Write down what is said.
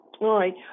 right